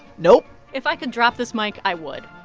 no if i could drop this mic, i would